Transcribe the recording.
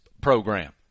program